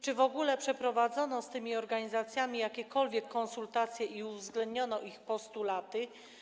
Czy w ogóle przeprowadzono z tymi organizacjami jakiekolwiek konsultacje i uwzględniono ich postulaty?